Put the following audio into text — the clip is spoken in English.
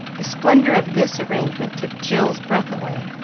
the splendor of this arrangement took jill's breath away,